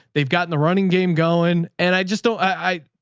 they've gotten the running game going. and i just don't. i,